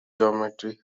geometry